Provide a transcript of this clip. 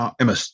Emma